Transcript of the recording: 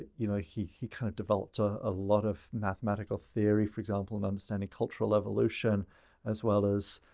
you know, he he kind of developed a ah lot of mathematical theory. for example, and understanding cultural evolution as well as